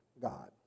God